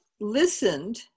listened